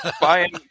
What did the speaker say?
buying